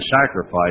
sacrifice